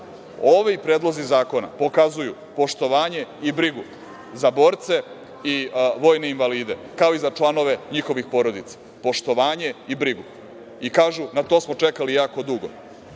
ovi predlozi zakoni pokazuju poštovanje i brigu za borce i vojne invalide, kao i za članove njihovih porodica. Poštovanje i brigu i kažu – na to smo čekali jako